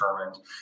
determined